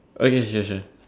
okay sure sure